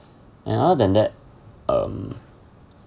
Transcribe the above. and other than that um